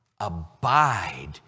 Abide